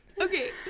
Okay